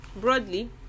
Broadly